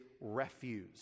refuse